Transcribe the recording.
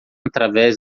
através